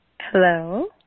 Hello